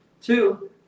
Two